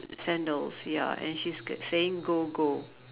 sandals ya and she's g~ saying go go